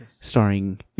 starring